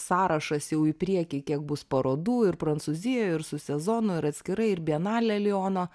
sąrašas jau į priekį kiek bus parodų ir prancūzijoj ir su sezonu ir atskirai ir bienalė liono